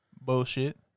Bullshit